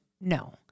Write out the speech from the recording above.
No